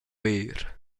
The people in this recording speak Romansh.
ver